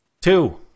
Two